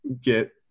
get